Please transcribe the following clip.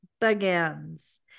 begins